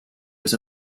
was